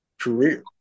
career